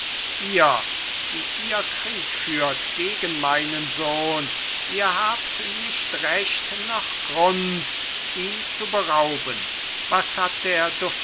ihr die ihr krieg führt gegen meinen sohn ihr habt nicht recht noch grund ihn zu berauben was hat der